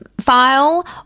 file